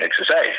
exercise